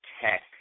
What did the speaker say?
tech